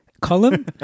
column